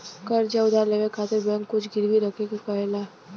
कर्ज़ या उधार लेवे खातिर बैंक कुछ गिरवी रखे क कहेला